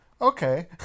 Okay